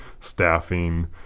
staffing